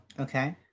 Okay